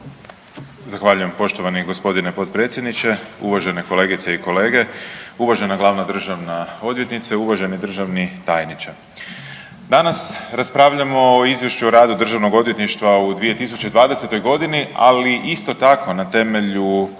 Zahvaljujem gospodine Potpredsjedniče, uvaženi kolegice i kolege, uvažena Glavna državna odvjetnice, uvaženi državni tajniče. Danas raspravljamo o Izvješću o radu Državnog odvjetništva u 2020.godini, ali isto tako na temelju